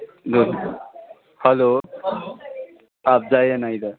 hello आप जाइए ना इधर